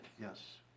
Yes